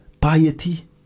Piety